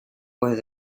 pues